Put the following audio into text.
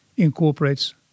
incorporates